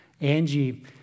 Angie